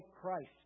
Christ